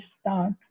start